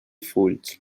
fulls